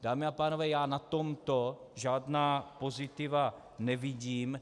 Dámy a pánové, já na tomto žádná pozitiva nevidím.